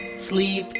sleep,